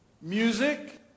music